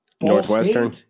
Northwestern